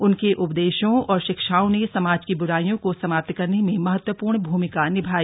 उनके उपदेशों और शिक्षाओं ने समाज की बुराईयों को समाप्त करने में महत्वपूर्ण भूमिका निभाई